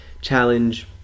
challenge